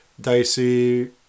dicey